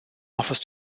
offers